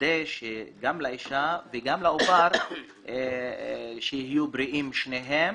נוודא שגם האישה וגם העובר יהיה בריאים שניהם